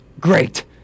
Great